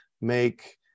make